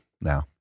now